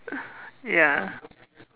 ya